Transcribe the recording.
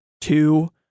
two